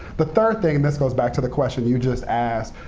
the third thing, and this goes back to the question you just asked,